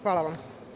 Hvala vam.